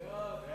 שם החוק נתקבל.